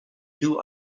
two